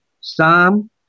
Psalm